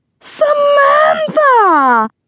Samantha